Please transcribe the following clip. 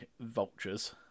vultures